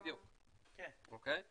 בדיוק, אוקיי?